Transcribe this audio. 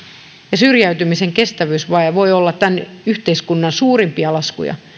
ja syrjäytymisen kestävyysvaje voi olla tämän yhteiskunnan suurimpia laskuja